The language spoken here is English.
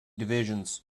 divisions